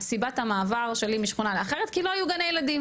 סיבת המעבר שלי משכונה לאחרת כי לא היו גני ילדים,